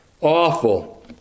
awful